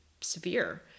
severe